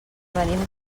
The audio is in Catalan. venim